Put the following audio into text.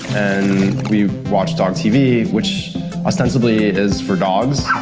we watch dog tv, which ostensibly is for dogs,